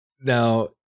Now